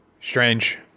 Strange